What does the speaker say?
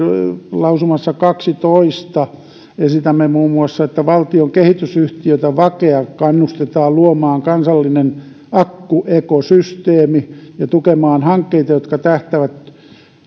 lausumassa kaksitoista esitämme muun muassa että valtion kehitysyhtiötä vakea kannustetaan luomaan kansallinen akkuekosysteemi ja tukemaan hankkeita jotka tähtäävät